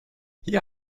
hier